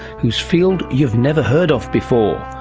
whose field you've never heard of before.